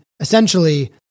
Essentially